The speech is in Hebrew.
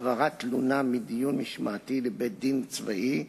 (העברת תלונה מדיון משמעתי לבית-דין צבאי),